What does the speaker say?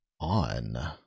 On